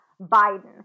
Biden